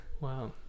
wow